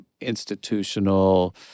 institutional